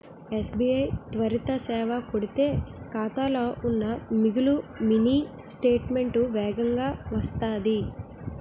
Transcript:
SBI త్వరిత సేవ కొడితే ఖాతాలో ఉన్న మిగులు మినీ స్టేట్మెంటు వేగంగా వత్తాది